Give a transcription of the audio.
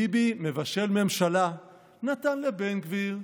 ביבי מבשל ממשלה: נתן לבן גביר,